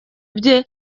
bye